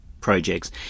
projects